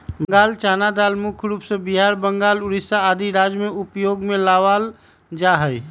बंगाल चना दाल मुख्य रूप से बिहार, बंगाल, उड़ीसा आदि राज्य में उपयोग में लावल जा हई